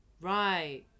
Right